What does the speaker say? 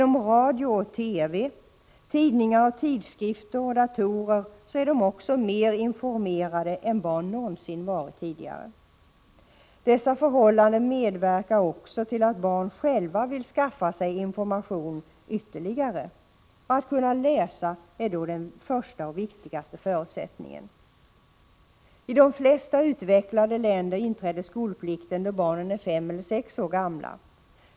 Genom radio och TV, tidningar och tidskrifter och datorer är de också mer informerade än barn någonsin varit tidigare. Dessa förhållanden medverkar också till att barn själva vill skaffa sig ytterligare information. Att kunna läsa är då den första och viktigaste förutsättningen. I de flesta utvecklade länder inträder skolplikten då barnen är fem eller sex år gamla.